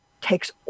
takes